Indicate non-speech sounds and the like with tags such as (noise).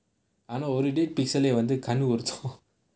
ஆனா ஒரு:aanaa oru dead pixel வந்து கண்டு புடிச்சிருவான்:vanthu kandupudichchiruvaan (laughs)